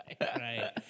right